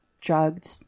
drugged